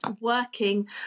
working